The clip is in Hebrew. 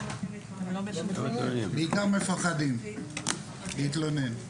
בעיקר מפחדים להתלונן,